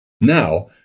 now